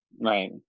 Right